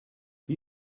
wie